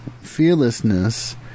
fearlessness